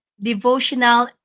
devotional